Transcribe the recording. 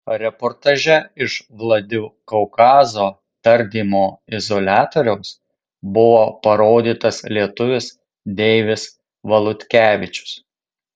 reportaže iš vladikaukazo tardymo izoliatoriaus buvo parodytas lietuvis deivis valutkevičius